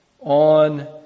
on